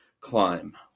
climb